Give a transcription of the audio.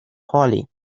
holly